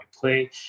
play